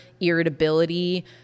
irritability